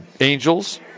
Angels